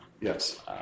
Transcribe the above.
Yes